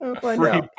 Free